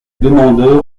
demandeurs